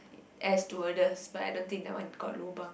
air stewardess but I don't think that one got lobang